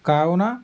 కావున